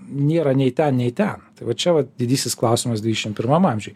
nėra nei ten nei ten va čia vat didysis klausimas dvidešim pirmam amžiui